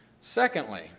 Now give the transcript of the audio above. Secondly